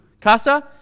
casa